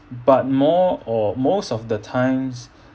but more or most of the times